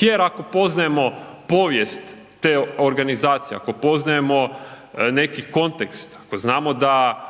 Jer ako poznajemo povijest te organizacije, ako poznajemo neki kontekst, ako znamo da